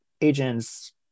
agents